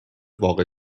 واقع